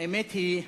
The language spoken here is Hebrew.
האמת היא,